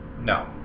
No